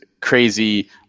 crazy